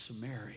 Samaria